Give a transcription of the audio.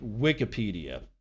Wikipedia